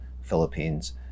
Philippines